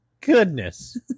goodness